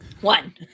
one